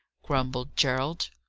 grumbled gerald.